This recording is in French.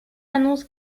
annonce